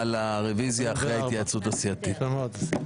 הצבעה בעד, 4 נגד, 6 לא אושר.